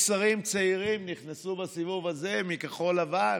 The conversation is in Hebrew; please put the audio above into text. יש שרים צעירים, נכנסו בסיבוב הזה מכחול לבן,